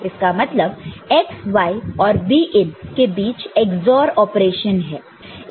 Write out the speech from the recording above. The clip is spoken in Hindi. इसका मतलब यह x y और b in के बीच XOR ऑपरेशन है